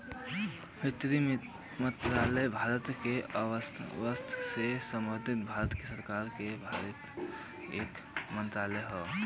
वित्त मंत्रालय भारत क अर्थव्यवस्था से संबंधित भारत सरकार के भीतर एक मंत्रालय हौ